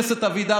חבר הכנסת אבידר,